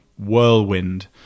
whirlwind